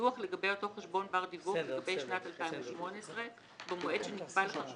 דוח לגבי אותו חשבון בר דיווח לגבי שנת 2018 במועד שנקבע לכך